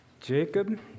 Jacob